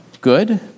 good